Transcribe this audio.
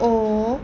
O